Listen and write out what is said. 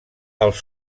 els